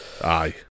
aye